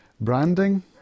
branding